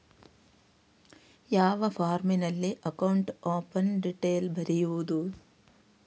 ಯಾವ ಫಾರ್ಮಿನಲ್ಲಿ account open detail ಬರೆಯುವುದು?